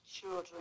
children